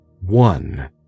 one